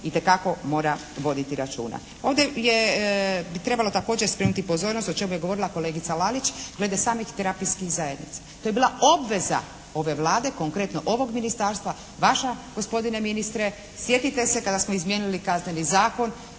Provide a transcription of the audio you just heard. itekako mora voditi računa. Ovdje je, bi trebalo također skrenuti pozornost o čemu je govorila kolegica Lalić glede samih terapijskih zajednica. To je bila obveza ove Vlade, konkretno ovog ministarstva, vaša gospodine ministre, sjetite se kada smo izmijenili Kazneni zakon,